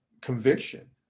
conviction